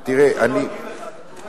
פשוט דואגים לך.